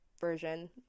version